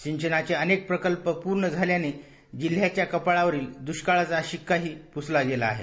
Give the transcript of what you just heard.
सिंचनाचे अनेक प्रकल्प पूर्ण झाल्याने जिल्ह्याच्या कपाळावरील द्वष्काळाचा शिक्का ही प्सला गेला आहे